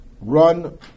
run